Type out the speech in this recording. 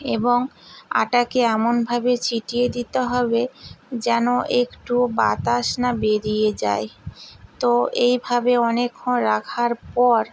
এবং আটাকে এমনভাবে চিটিয়ে দিতে হবে যেন একটুও বাতাস না বেরিয়ে যায় তো এইভাবে অনেকক্ষণ রাখার পর